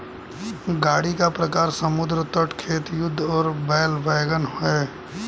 गाड़ी का प्रकार समुद्र तट, खेत, युद्ध और बैल वैगन है